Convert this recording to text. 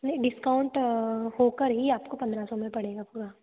नहीं डिस्काउंट होकर ही आपको पन्द्रह सौ में पड़ेगा पूरा